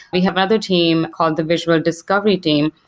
we have another team called the visual discovery team,